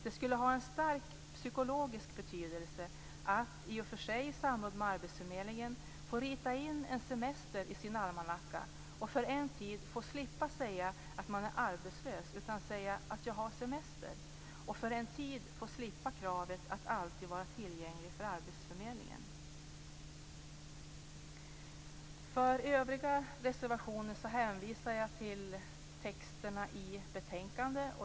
Det skulle ha en stark psykologisk betydelse att, i och för sig i samråd med arbetsförmedlingen, få skriva in en semester i sin almanacka, för en tid kunna slippa säga att man är arbetslös utan i stället kunna säga att man har semester - och därmed för en tid slippa kravet att alltid vara tillgänglig för arbetsförmedlingen. För de övriga reservationerna hänvisar jag till texterna i betänkandet.